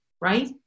right